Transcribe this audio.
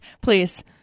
Please